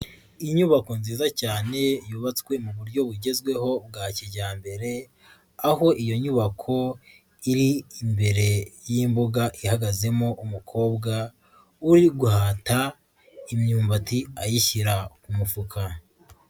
Inyubako nziza cyane yubatswe mu buryo bugezweho bwa kijyambere aho iyo nyubako iri imbere y'imbuga ihagazemo umukobwa uri guhata imyumbati ayishyira ku mufuka.